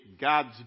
God's